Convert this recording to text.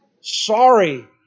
Sorry